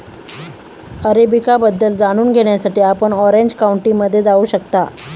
arabica बद्दल जाणून घेण्यासाठी आपण ऑरेंज काउंटीमध्ये जाऊ शकता